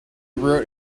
wrote